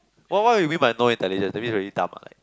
what what you mean by no intelligent that means very dumb ah like